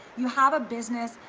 you have a business,